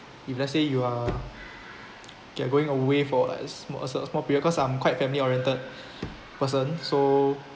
if let's say you are okay going away for a small sma~ small period cause I'm quite family oriented person so